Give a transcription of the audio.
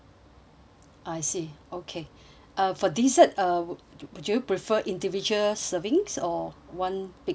I see okay uh for dessert uh would you prefer individual servings or one big serving